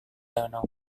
danau